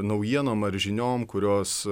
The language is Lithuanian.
naujienom ar žiniom kurios